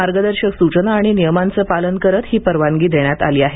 मार्गदर्शक सूचना आणि नियमांचं पालन करत ही परवानगी देण्यात आली आहे